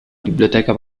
biblioteca